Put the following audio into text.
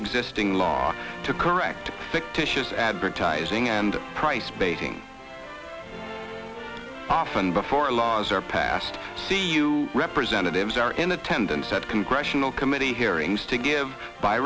existing law to correct fictitious advertising and price baiting often before laws are passed see you representatives are in attendance at congressional committee hearings to give by